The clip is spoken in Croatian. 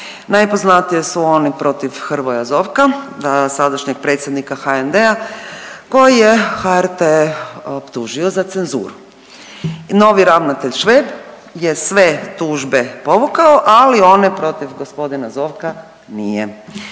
Najpoznatije su one protiv Hrvoja Zovka sadašnjeg predsjednika HND-a koji je HRT optužio za cenzuru. Novi ravnatelj Šveb je sve tužbe povukao, ali one protiv g. Zovka nije.